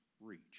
reach